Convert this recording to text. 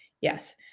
yes